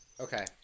Okay